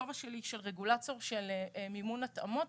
בכובע שלי של רגולטור של מימון התאמות.